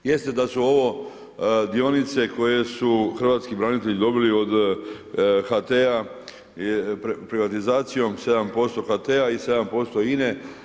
Jeste da su ovo dionice koje su hrvatski branitelji dobili od HT-a privatizacijom 7% HT-a i 7% INA-e.